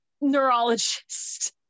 neurologist